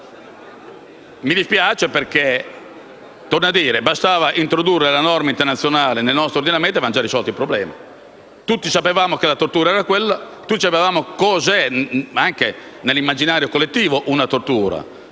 a dire - bastava introdurre la norma internazionale nel nostro ordinamento e avevamo già risolto il problema. Tutti sapevamo che la tortura era quella. Tutti sappiamo - anche nell'immaginario collettivo - cos'è una tortura: